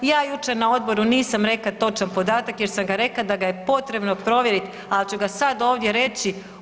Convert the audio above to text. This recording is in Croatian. Ja jučer na odboru nisam rekla točan podatak jer sam ga rekla da ga je potrebno provjeriti, ali ću ga sad ovdje reći.